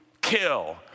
kill